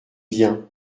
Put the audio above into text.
bien